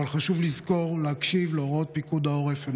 אבל חשוב לזכור להקשיב להוראות פיקוד העורף,